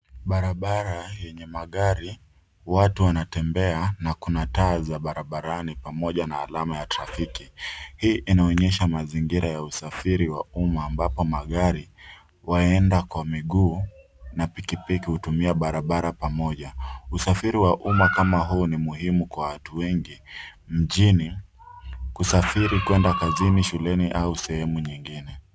Barabara yenye magari, watu wanatembea na kuna taa za barabarani pamoja na alama ya trafiki. Hii inaonyesha mazingira ya usafiri wa umma ambapo magari, waenda kwa miguu na pikipiki hutumia barabara pamoja. Usafiri wa umma kama huu ni muhimu kwa watu wengi mjini, kusafiri kuenda kazini, shuleni au sehemu nyingine.